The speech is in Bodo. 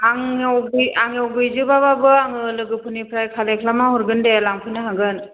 आंनाव आंनाव गैजोबाबाबो आङो लोगोफोरनिफ्राय कालेक्ट खालामना हरगोन दे लांफैनो हागोन